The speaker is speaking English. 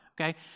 okay